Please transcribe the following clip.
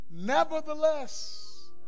nevertheless